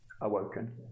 awoken